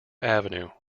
avenue